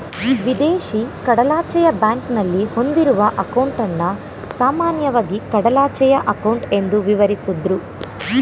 ವಿದೇಶಿ ಕಡಲಾಚೆಯ ಬ್ಯಾಂಕ್ನಲ್ಲಿ ಹೊಂದಿರುವ ಅಂಕೌಟನ್ನ ಸಾಮಾನ್ಯವಾಗಿ ಕಡಲಾಚೆಯ ಅಂಕೌಟ್ ಎಂದು ವಿವರಿಸುದ್ರು